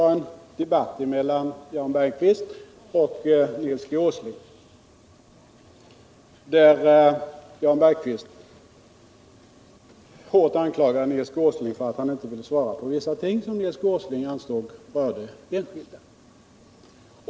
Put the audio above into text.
I en debatt angrep Jan Bergqvist hårt Nils G. Åsling för att han inte ville svara på vissa ting som herr Åsling ansåg berörde enskilda.